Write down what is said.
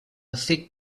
thick